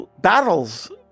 battles